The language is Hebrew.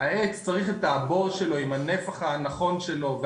צריך את הבור שלו עם הנפח שלו,